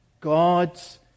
God's